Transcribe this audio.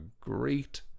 great